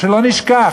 ושלא נשכח,